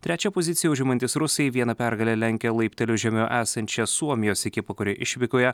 trečią poziciją užimantys rusai viena pergale lenkia laipteliu žemiau esančią suomijos ekipą kuri išvykoje